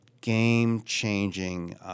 game-changing